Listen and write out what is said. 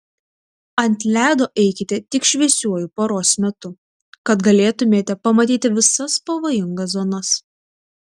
ant ledo eikite tik šviesiuoju paros metu kad galėtumėte pamatyti visas pavojingas zonas